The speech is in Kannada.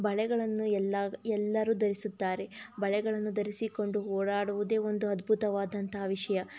ಬಳೆಗಳನ್ನು ಎಲ್ಲ ಎಲ್ಲರೂ ಧರಿಸುತ್ತಾರೆ ಬಳೆಗಳನ್ನು ಧರಿಸಿಕೊಂಡು ಓಡಾಡುವುದೇ ಒಂದು ಅದ್ಭುತವಾದಂತಹ ವಿಷಯ